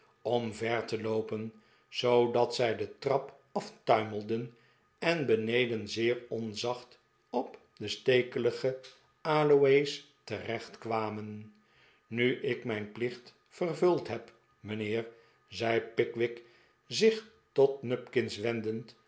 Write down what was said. omver te loopen zoodat zij de trap aftuimelden en beneden zeer onzacht op de stekelige aloe's terechtkwamen nu ik mijn plicht vervuld heb mijnheer zei pickwick zich tot